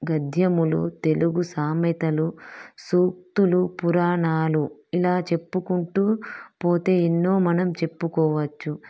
గద్యములు తెలుగు సామెతలు సూక్తులు పురాణాలు ఇలా చెప్పుకుంటూ పోతే ఎన్నో మనం చెప్పుకోవచ్చు